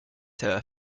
her